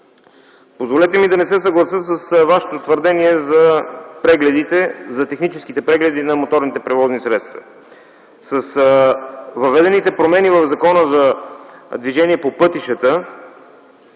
Позволете ми да не се съглася с Вашето твърдение за техническите прегледи на моторните превозни средства. С въведените промени в Закона за движение по пътищата